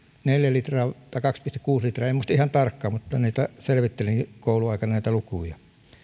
neljä tai kaksi pilkku kuusi litraa en muista ihan tarkkaan mutta kouluaikana selvittelin näitä lukuja